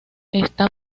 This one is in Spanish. está